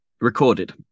Recorded